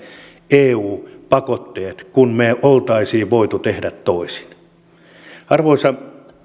eu pakotteet kun me olisimme voineet tehdä toisin arvoisa